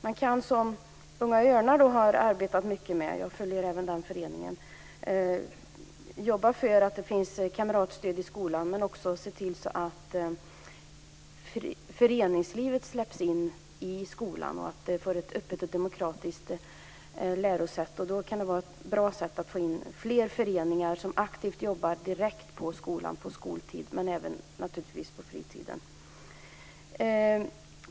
Jag har följt föreningen Unga Örnar nära, och inom Unga Örnar jobbar man för att det ska finnas kamratstödjare i skolan men också för att föreningslivet ska släppas in i skolan och för ett öppet och demokratiskt lärosätt. Det kan vara bra att få in fler föreningar som aktivt jobbar direkt i skolan under skoltid men även naturligtvis på fritiden.